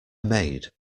maid